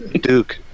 Duke